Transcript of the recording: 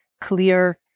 clear